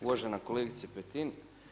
Uvažena kolegica Petin.